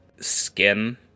skin